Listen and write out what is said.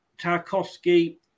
Tarkovsky